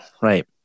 Right